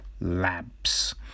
Labs